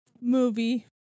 movie